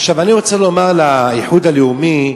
עכשיו אני רוצה לומר לאיחוד הלאומי,